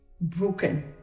Broken